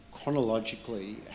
chronologically